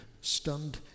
stunned